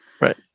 Right